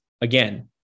again